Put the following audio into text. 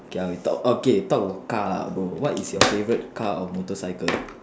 okay we talk okay talk about car lah bro what is your favourite car or motorcycle